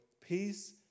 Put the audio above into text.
peace